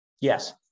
Yes